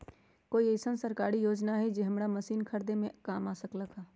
कोइ अईसन सरकारी योजना हई जे हमरा मशीन खरीदे में काम आ सकलक ह?